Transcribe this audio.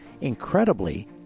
Incredibly